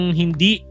hindi